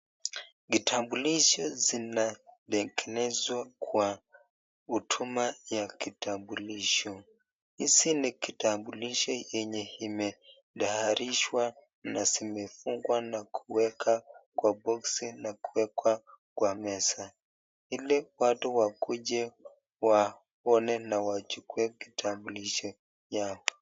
Vitambulisho zinatengenezwa kwa huduma ya kitambulisho. Hizi ni kitambulisho yenye imetayarishwa na zimefungwa na kuwekwa kwa boksi na kuwekwa kwa meza ili watu wakuje waone na wachukue kitambulisho yao.